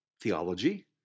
theology